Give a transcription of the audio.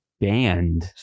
banned